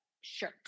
Sure